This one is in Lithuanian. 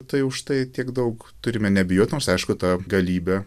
tai užtai tiek daug turime nebijot nors aišku ta galybė